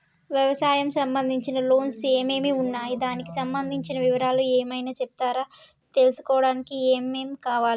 వ్యవసాయం సంబంధించిన లోన్స్ ఏమేమి ఉన్నాయి దానికి సంబంధించిన వివరాలు ఏమైనా చెప్తారా తీసుకోవడానికి ఏమేం కావాలి?